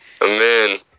Amen